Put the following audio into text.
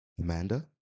Amanda